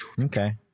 Okay